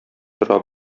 тора